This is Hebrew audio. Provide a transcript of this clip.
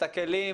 את הכלים,